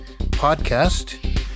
podcast